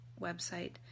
website